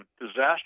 disaster